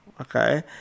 Okay